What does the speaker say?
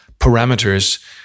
parameters